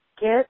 get